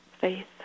faith